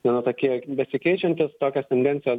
gana tokie besikeičiantys tokias tendencijas